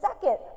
second